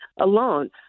alone